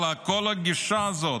כל הגישה הזאת